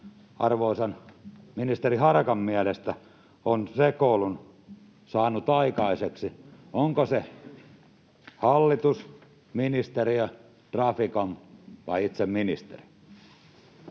arvoisan ministeri Harakan mielestä on sekoilun saanut aikaiseksi? Onko se hallitus, ministeriö, Traficom vai itse ministeri?